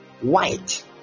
white